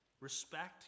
Respect